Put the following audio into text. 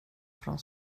från